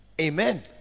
Amen